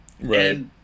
Right